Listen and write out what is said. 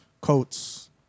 coats